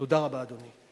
תודה רבה, אדוני.